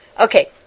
Okay